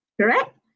correct